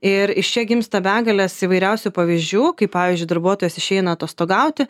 ir iš čia gimsta begalės įvairiausių pavyzdžių kaip pavyzdžiui darbuotojas išeina atostogauti